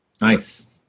nice